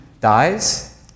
dies